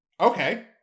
Okay